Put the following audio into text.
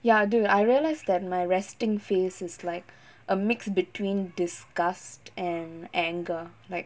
ya dude I realised that my resting face is like a mix between disgust and anger like